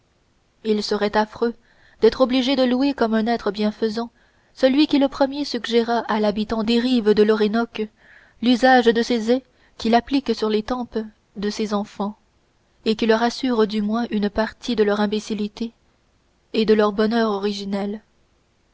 il serait affreux d'être obligés de louer comme un être bienfaisant celui qui le premier suggéra à l'habitant des rives de l'orénoque l'usage de ces ais qu'il applique sur les tempes de ses enfants et qui leur assurent du moins une partie de leur imbécillité et de leur bonheur originel